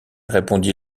répondit